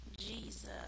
Jesus